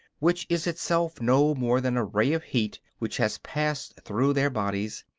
which is itself no more than a ray of heat which has passed through their bodies,